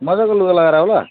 मजाको लुगा लगाएर आऊ ल